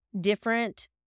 different